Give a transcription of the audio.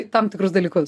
tam tikrus dalykus